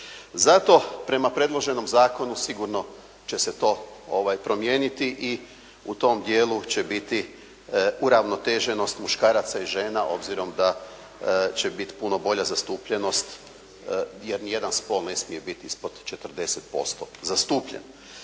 Zato prema predloženom zakonu sigurno će se to promijeniti i u tom dijelu će biti uravnoteženost muškaraca i žena obzirom da će biti puno bolja zastupljenost jer nijedan spol ne smije biti ispod 40% zastupljen.